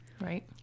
right